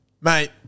Mate